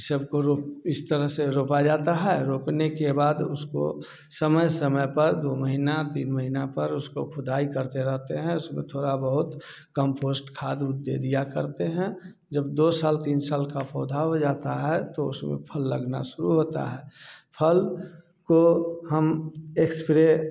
इन सब को रोप इस तरह से रोपा जाता है रोपने के बाद उसको समय समय पर दो महीना तीन महीना पर उसको खुदाई करते रहते हैं उसमें थोड़ा बहुत कम्पोस्ट खाद उद दे दिया करते हैं जब दो साल तीन साल का पौधा हो जाता है तो उसमें फल लगना शुरू होता है फल को हम एक स्प्रे